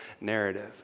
narrative